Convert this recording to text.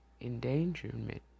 endangerment